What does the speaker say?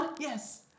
Yes